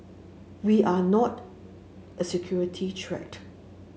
we are not a security threat